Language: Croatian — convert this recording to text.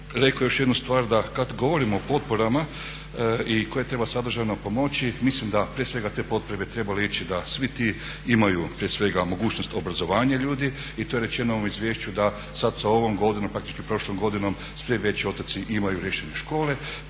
rekao još jednu stvar, da kad govorimo o potporama i koje treba sadržajno pomoći, mislim da prije svega te potpore bi trebalo ići da svi ti imaju prije svega mogućnost obrazovanja ljudi i to je rečeno u ovom izvješću da sad sa ovom godinom, praktički prošlom godinom svi veći otoci imaju riješene škole,